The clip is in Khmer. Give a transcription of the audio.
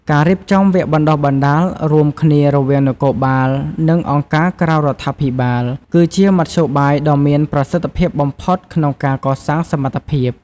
ការរៀបចំវគ្គបណ្ដុះបណ្ដាលរួមគ្នារវាងនគរបាល និងអង្គការក្រៅរដ្ឋាភិបាល គឺជាមធ្យោបាយដ៏មានប្រសិទ្ធភាពបំផុតក្នុងការកសាងសមត្ថភាព។